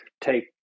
take